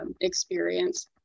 experience